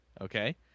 Okay